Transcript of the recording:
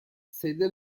sede